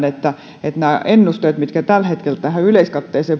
että nämä ennusteet mitkä tällä hetkellä tähän yleiskatteiseen